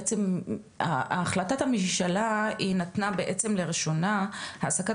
בעצם החלטת הממשלה היא נתנה בעצם לראשונה העסקת